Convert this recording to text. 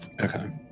Okay